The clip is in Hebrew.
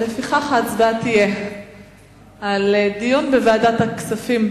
לפיכך, ההצבעה תהיה על דיון בוועדת הכספים.